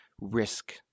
risk